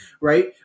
right